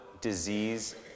disease